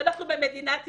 ואנחנו במדינת ישראל.